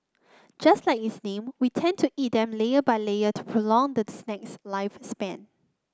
just like its name we tend to eat them layer by layer to prolong the snack's lifespan